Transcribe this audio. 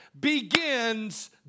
begins